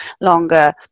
longer